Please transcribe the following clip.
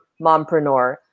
mompreneur